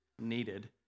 needed